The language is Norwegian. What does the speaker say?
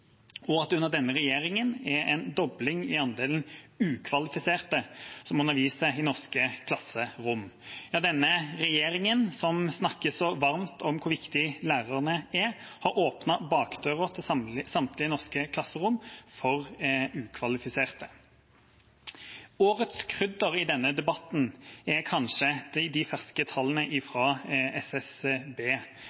at det under denne regjeringa har vært en dobling i andelen ukvalifiserte som underviser i norske klasserom. Denne regjeringa, som snakker så varmt om hvor viktig lærerne er, har åpnet bakdøra til samtlige norske klasserom for ukvalifiserte. Årets krydder i denne debatten er kanskje de ferske tallene fra SSB. Når en hører på regjeringa, både i